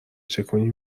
چکونی